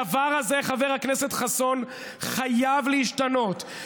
הדבר הזה, חבר הכנסת חסון, חייב להשתנות.